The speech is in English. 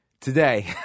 Today